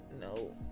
no